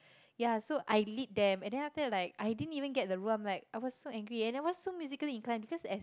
yeah so I lead them and then after that like I didn't even get the role I am like I was so angry and I was so musically inclined because as